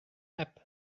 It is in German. app